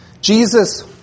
Jesus